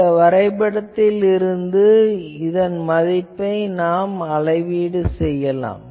இந்த வரைபடத்தில் இருந்து இதன் மதிப்பை இந்த அளவீட்டில் தெரிந்து கொள்ளலாம்